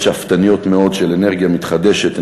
שאפתניות מאוד של אנרגיה מתחדשת,